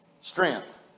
Strength